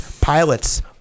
pilots